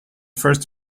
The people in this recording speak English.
first